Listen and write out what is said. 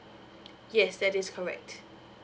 yes that is correct